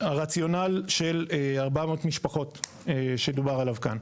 הרציונל של 400 משפחות שדובר עליו כאן.